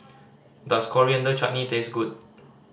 does Coriander Chutney taste good